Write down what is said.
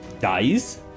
dies